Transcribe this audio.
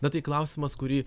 na tai klausimas kurį